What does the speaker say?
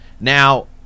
Now